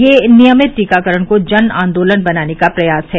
यह नियमित टीकाकरण को जन आन्दोलन बनाने का प्रयास है